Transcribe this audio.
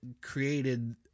created